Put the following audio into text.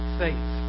faith